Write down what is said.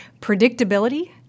predictability